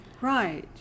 Right